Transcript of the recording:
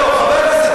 אני בצום רמדאן,